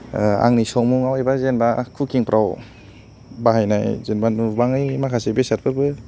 ओ आंनि संमुङाव एबा कुकिंफ्राव बाहायनाय जेनबा नुबाङै माखासे बेसादफोरबो